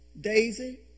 Daisy